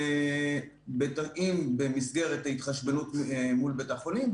אם במסגרת ההתחשבנות מול בתי החולים,